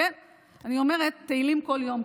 אני אומרת תהילים כל יום,